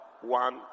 one